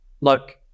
Look